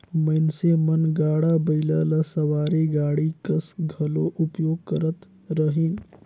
मइनसे मन गाड़ा बइला ल सवारी गाड़ी कस घलो उपयोग करत रहिन